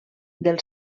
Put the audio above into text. del